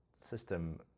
system